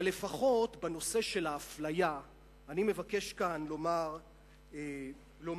אבל לפחות בנושא של האפליה אני מבקש כאן לומר מלה,